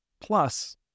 plus